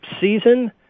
season